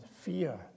fear